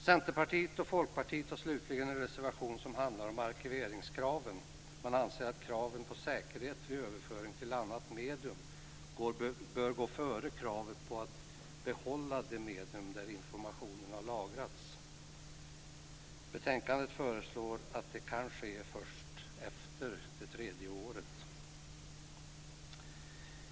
Centerpartiet och Folkpartiet har slutligen en reservation som handlar om arkiveringskraven. De anser att kraven på säkerhet vid överföring till annat medium bör gå före kravet på att behålla det medium där informationen har lagrats. I betänkandet föreslås att det kan ske först efter det tredje året.